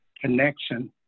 connection